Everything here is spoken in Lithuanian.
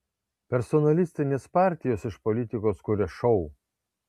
personalistinės partijos iš politikos kuria šou